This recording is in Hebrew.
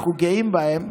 אנחנו גאים בהם,